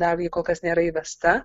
dar ji kol kas nėra įvesta